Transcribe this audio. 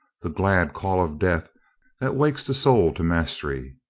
the glad call of death that wakes the soul to mastery.